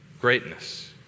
greatness